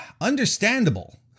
understandable